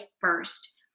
first